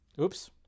oops